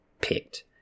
picked